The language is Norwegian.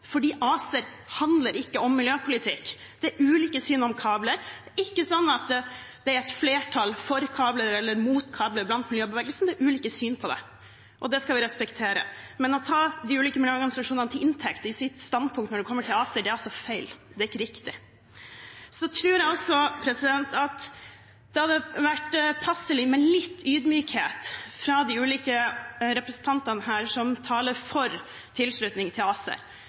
fordi kabler og ACER er én side av samme sak. Vel, med respekt å melde, tror jeg undertegnede og representanten Haltbrekken har noe kunnskap om hva miljøbevegelsen mener i dette standpunktet, og det er at de ikke har tatt et standpunkt. For ACER handler ikke om miljøpolitikk, det er ulike syn om kabler. Det er ikke sånn at det er et flertall for kabler eller mot kabler blant miljøbevegelsen. Det er ulike syn på det. Og det skal vi respektere. Men å ta de ulike miljøorganisasjonene til inntekt for sitt standpunkt når det kommer